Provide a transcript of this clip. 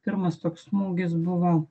pirmas toks smūgis buvo